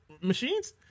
Machines